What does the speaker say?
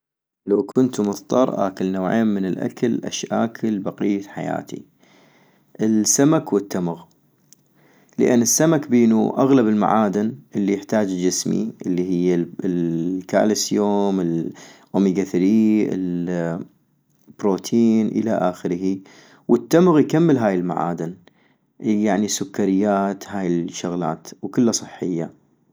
لو كنتو مظطر اكل نوعين من الاكل اش اكل بقية حياتي ؟- السمك والتمغ -لان السمك بينو اغلب المعادن الي يحتاجا جسمي، الي هي ال الكالسيوم الاوميكا ثري البروتين الى اخره، والتمغ يكمل هاي المعادن، يعني السكريات هاي الشغلات ، وكلا صحية